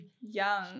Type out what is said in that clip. Young